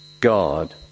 God